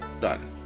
done